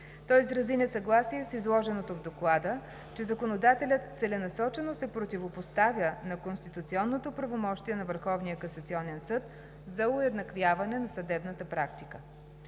Той изрази несъгласие с изложеното в Доклада, че законодателят целенасочено се противопоставя на конституционното правомощие на Върховния касационен съд за уеднаквяване на съдебната практика.